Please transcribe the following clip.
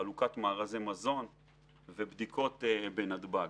חלוקת מארזי מזון ובדיקות בנתב"ג.